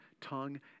tongue